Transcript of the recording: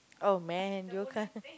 oh man you can't